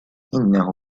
إنه